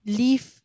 leave